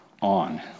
on